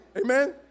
Amen